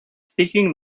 speaking